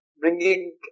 bringing